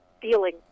feeling